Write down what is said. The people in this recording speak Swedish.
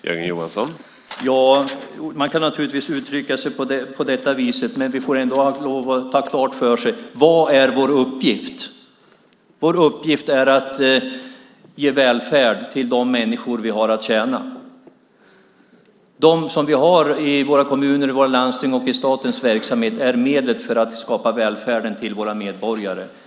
Herr talman! Man kan naturligtvis uttrycka sig på detta vis, men vi får ändå lov att ha klart för oss detta: Vad är vår uppgift? Vår uppgift är att ge välfärd till de människor vi har att tjäna. De vi har i våra kommuner, i våra landsting och i statens verksamhet är medlet för att skapa välfärd för våra medborgare.